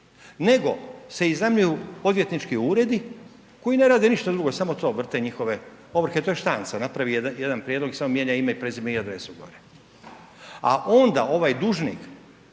nego se iznajmljuju odvjetnički uredi koji ne rade ništa drugo, samo to vrte njihove ovrhe. To je štanca, napravi jedan prijedlog i samo mijenja ime, prezime i adresu gore. A onda ovaj dužnik